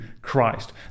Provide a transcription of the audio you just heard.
Christ